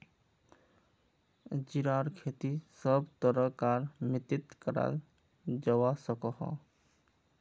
जीरार खेती सब तरह कार मित्तित कराल जवा सकोह